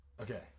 Okay